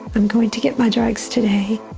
but i'm going to get my drugs today.